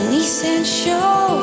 essential